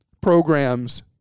programs